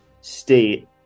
state